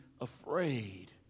afraid